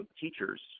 teachers